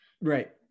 Right